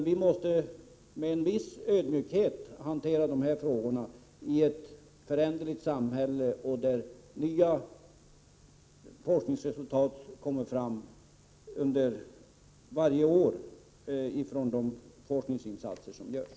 Vi måste i stället med en viss ödmjukhet hantera dessa frågor i ett föränderligt samhälle, där nya resultat kommer fram varje år från de forskningsinsatser som görs.